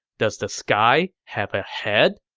does the sky have a head?